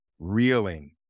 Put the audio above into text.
reeling